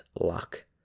luck